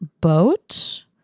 boat